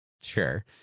sure